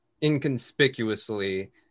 inconspicuously